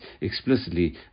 explicitly